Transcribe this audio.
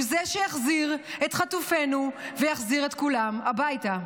הוא זה שהחזיר את חטופינו ויחזיר את כולם הביתה,